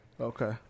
Okay